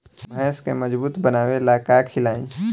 भैंस के मजबूत बनावे ला का खिलाई?